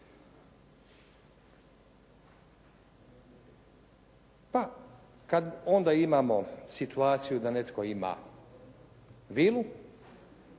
Pa kad onda imamo situaciju da netko ima vilu